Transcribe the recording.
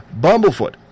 Bumblefoot